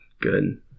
good